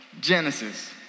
Genesis